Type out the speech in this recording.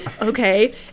okay